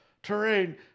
Terrain